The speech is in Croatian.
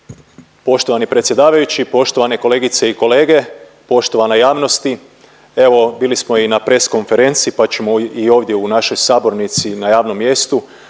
Poštovani predsjedavajući, poštovane kolegice i kolege, poštovana javnosti. Evo bili smo i na press konferenciji pa ćemo i ovdje u našoj sabornici na javnom mjestu